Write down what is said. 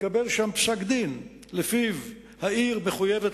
התקבל שם פסק-דין שלפיו העיר מחויבת